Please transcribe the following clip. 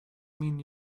mean